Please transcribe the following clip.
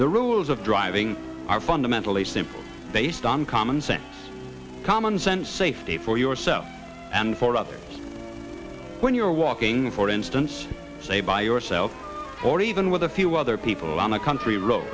the rules of driving are fundamentally simple based on common sense common sense safety for yourself and for others when you're walking for instance say by yourself or even with a few other people on a country road